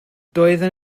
doeddwn